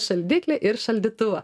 šaldiklį ir šaldytuvą